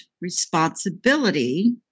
responsibility